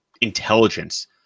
intelligence